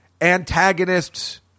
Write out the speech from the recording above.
antagonists